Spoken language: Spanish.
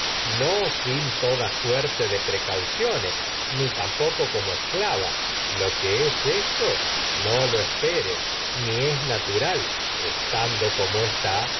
no sin toda suerte es de precauciones esperes tampoco como esclava es lo que esto no lo ni natural estando como está